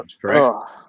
correct